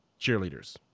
cheerleaders